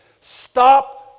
Stop